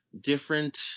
different